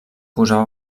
posava